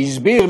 והסביר,